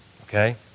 okay